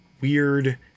weird